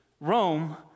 Rome